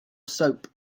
soap